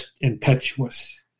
impetuous